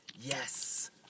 yes